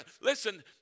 Listen